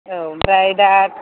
औ ओमफ्राय दा